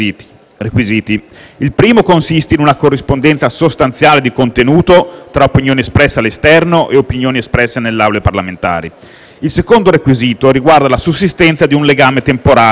requisiti: il primo consiste in una corrispondenza sostanziale di contenuto tra opinioni espresse all'esterno e opinioni espresse nelle Aule parlamentari; il secondo requisito riguarda la sussistenza di un «legame temporale»